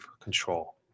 control